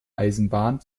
eisenbahn